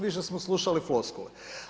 Više smo slušali floskule.